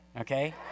okay